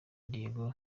diego